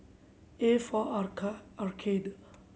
A for Arcade